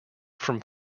from